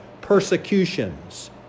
persecutions